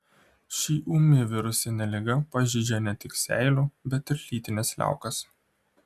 ši ūmi virusinė liga pažeidžia ne tik seilių bet ir lytines liaukas